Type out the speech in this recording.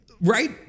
right